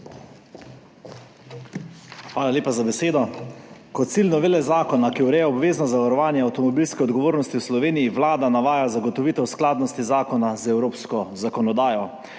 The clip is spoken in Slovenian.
Hvala lepa za besedo. Kot cilj novele zakona, ki ureja obvezno zavarovanje avtomobilske odgovornosti v Sloveniji, Vlada navaja zagotovitev skladnosti zakona z evropsko zakonodajo.